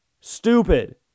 Stupid